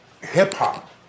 hip-hop